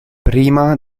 prima